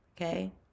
Okay